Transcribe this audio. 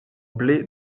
blé